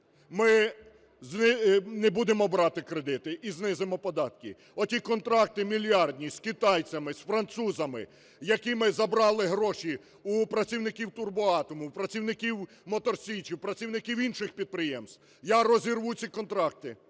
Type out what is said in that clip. ми не будемо брати кредити і знизимо податки. Оті контракти мільярдні з китайцями, з французами, якими забрали гроші у працівників "Турбоатому", у працівників "Мотор Січі", у працівників інших підприємств, я розірву ці контракти,